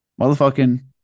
motherfucking